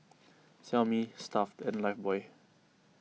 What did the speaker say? Xiaomi Stuff'd and Lifebuoy